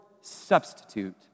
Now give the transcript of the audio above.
substitute